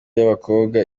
y’abakobwa